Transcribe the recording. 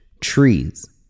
Trees